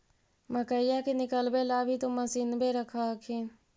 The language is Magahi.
मकईया के निकलबे ला भी तो मसिनबे रख हखिन?